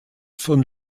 von